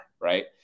right